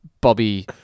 Bobby